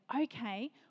okay